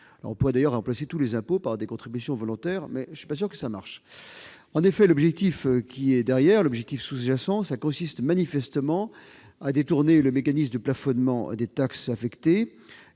On pourrait d'ailleurs remplacer tous les impôts par des contributions volontaires, mais je ne suis pas sûr que cela marcherait ... L'objectif sous-jacent consistait manifestement à détourner le mécanisme de plafonnement des taxes affectées,